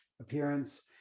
appearance